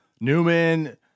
Newman